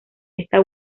esta